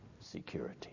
security